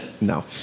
No